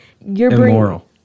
Immoral